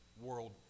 world